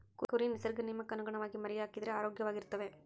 ಕುರಿ ನಿಸರ್ಗ ನಿಯಮಕ್ಕನುಗುಣವಾಗಿ ಮರಿಹಾಕಿದರೆ ಆರೋಗ್ಯವಾಗಿರ್ತವೆ